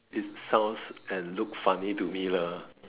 it sounds and looks funny to me lah